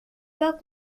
pas